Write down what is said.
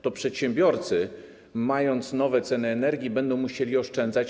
To przedsiębiorcy, mając nowe ceny energii, będą musieli oszczędzać.